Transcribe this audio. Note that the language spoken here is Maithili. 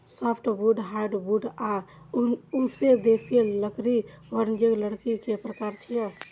सॉफ्टवुड, हार्डवुड आ उष्णदेशीय लकड़ी वाणिज्यिक लकड़ी के प्रकार छियै